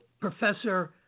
Professor